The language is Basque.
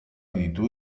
ditu